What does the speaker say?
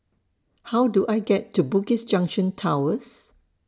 How Do I get to Bugis Junction Towers